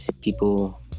People